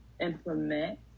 implement